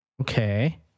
Okay